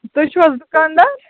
تُہۍ چھُوٕ حَظ دُکانٛدار